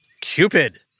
Cupid